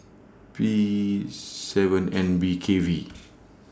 P seven N B K V